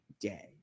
day